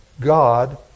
God